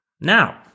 Now